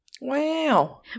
Wow